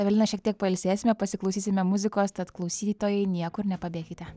evelina šiek tiek pailsėsime pasiklausysime muzikos tad klausytojai niekur nepabėkite